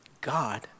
God